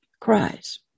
cries